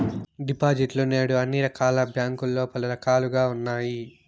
డిపాజిట్లు నేడు అన్ని రకాల బ్యాంకుల్లో పలు రకాలుగా ఉన్నాయి